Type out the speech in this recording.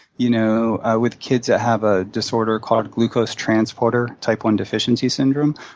you know with kids that have a disorder called glucose transporter type one deficiency syndrome,